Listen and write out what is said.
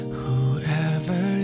whoever